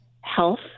health